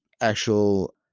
actual